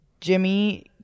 Jimmy